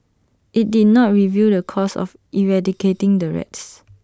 IT did not reveal the cost of eradicating the rats